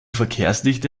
verkehrsdichte